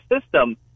system